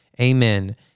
Amen